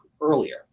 earlier